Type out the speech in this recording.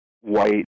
white